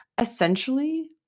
Essentially